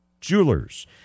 Jewelers